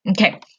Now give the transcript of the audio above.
Okay